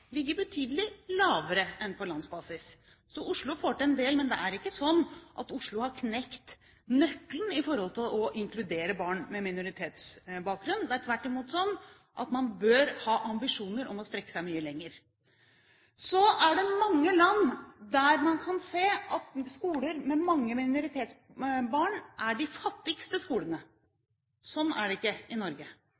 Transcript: betydelig lavere enn på landsbasis. Oslo får til en del, men det er ikke sånn at Oslo har knekt koden når det gjelder å inkludere barn med minoritetsbakgrunn. Det er tvert imot sånn at man bør ha ambisjoner om å strekke seg mye lenger. Så er det slik at i mange land kan man se at skoler med mange minoritetsbarn er de fattigste skolene.